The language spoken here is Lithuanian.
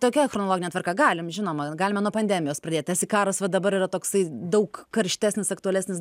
tokia chronologine tvarka galim žinoma galime nuo pandemijos pradėt tarsi karas va dabar yra toksai daug karštesnis aktualesnis